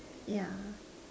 yeah